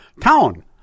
town